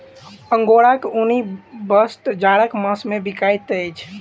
अंगोराक ऊनी वस्त्र जाड़क मास मे बिकाइत अछि